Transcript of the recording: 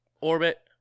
orbit